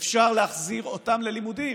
אפשר להחזיר אותם ללימודים.